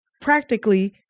practically